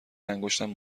انگشتم